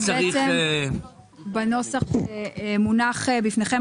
הנוסח מונח בפניכם.